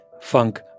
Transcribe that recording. funk